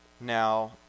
now